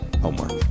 homework